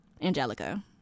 Angelica